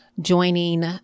joining